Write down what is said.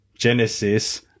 Genesis